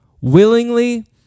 willingly